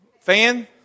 Fan